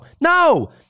No